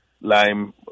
lime